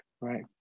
right